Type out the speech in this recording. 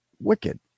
wicked